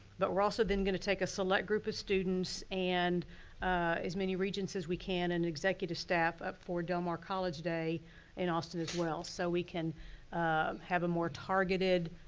but we're also then gonna take a select group of students and as many regents as we can and executive staff up for del mar college day in austin as well, so we can have a more targeted